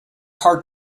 hard